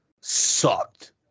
sucked